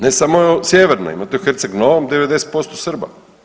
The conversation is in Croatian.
Ne samo sjeverno imate u Herceg Novom 90% Srba.